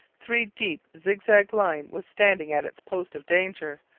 three-deep, zigzag line was standing at its post of danger,